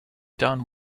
done